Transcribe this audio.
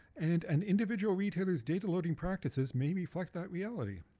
and an individual retailer's data loading practices may reflect that reality.